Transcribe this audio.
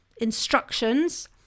instructions